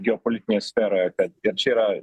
geopolitinėje sferoje kad ir čia yra